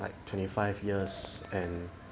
like twenty five years and